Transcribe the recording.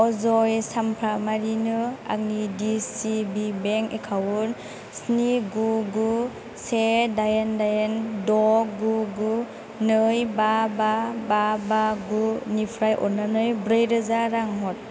अजय चामफ्रामारिनो आंनि दिसिबि बेंक एकाउन्ट स्नि गु गु से दाइन दाइन द' गु गु नै बा बा बा बा गु निफ्राय अन्नानै ब्रैरोजा रां हर